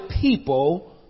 people